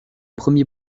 premier